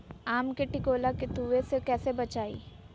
आम के टिकोला के तुवे से कैसे बचाई?